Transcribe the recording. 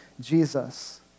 Jesus